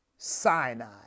cyanide